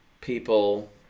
people